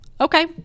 okay